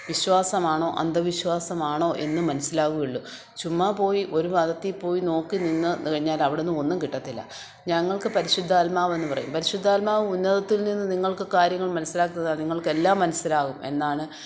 വിശ്വാസമാണോ അന്ധവിശ്വാസമാണോ എന്നു മനസിലാവുകയുള്ളു ചുമ്മാപോയി ഒരു മതത്തിൽ പോയി നോക്കി നിന്ന് കഴിഞ്ഞാൽ അവിടുന്ന് ഒന്നും കിട്ടത്തില്ല ഞങ്ങൾക്ക് പരിശുദ്ധാത്മാവ് എന്നുപറയും പരിശുദ്ധാത്മാവ് ഉന്നതത്തിൽനിന്നും നിങ്ങൾക്ക് കാര്യങ്ങൾ മനസിലാക്കുക നിങ്ങൾക്കെല്ലാം മനസ്സിലാകും എന്നാണ്